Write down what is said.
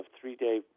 three-day